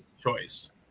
choice